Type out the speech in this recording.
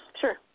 Sure